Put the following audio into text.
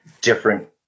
different